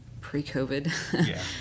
pre-COVID